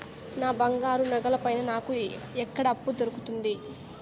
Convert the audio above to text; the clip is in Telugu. నా బంగారు నగల పైన నాకు ఎక్కడ అప్పు దొరుకుతుంది